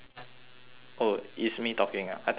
oh it's me talking ah I thought I heard someone else